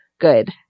good